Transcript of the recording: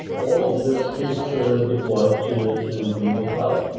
all of this is so deployed to to google cloud,